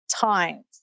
time